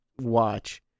watch